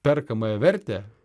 perkamąją vertę